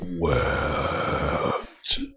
wept